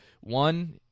one